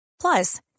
Plus